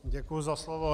Děkuji za slovo.